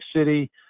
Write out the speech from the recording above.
City